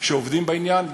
שעובדים בעניין,